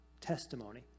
testimony